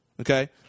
okay